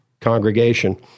congregation